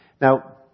Now